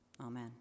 Amen